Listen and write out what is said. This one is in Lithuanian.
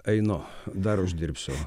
einu dar uždirbsiu